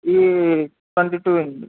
ఈ twenty two అండి